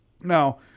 Now